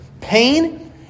pain